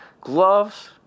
Gloves